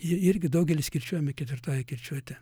jie irgi daugelis kirčiuojami ketvirtąja kirčiuote